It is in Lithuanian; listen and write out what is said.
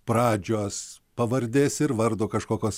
pradžios pavardės ir vardo kažkokios